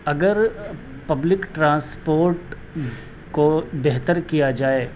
اگر public transport کو بہتر کیا جائے